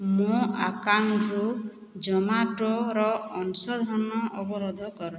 ମୋ ଆକାଉଣ୍ଟରୁ ଜୋମାଟୋର ଅଂଶଧନ ଅବରୋଧ କର